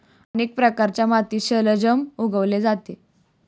अनेक प्रकारच्या मातीत शलजम उगवले जाते